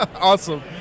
Awesome